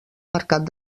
mercat